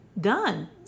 Done